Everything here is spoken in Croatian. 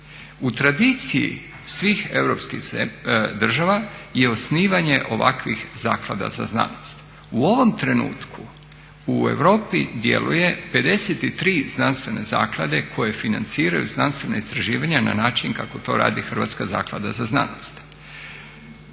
U tradiciji svih europskih država je osnivanje ovakvih Zaklada za znanost. U ovom trenutku u Europi djeluje 53 znanstvene zaklade koje financiraju znanstvena istraživanja na način kako to radi Hrvatska zaklada za znanost.